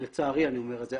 לצערי אני אומר את זה.